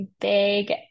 big